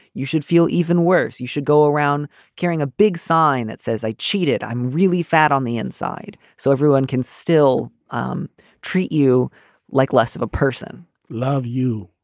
you should feel even worse. you should go around carrying a big sign that says, i cheated. i'm really fat on the inside. so everyone can still um treat you like less of a person love you.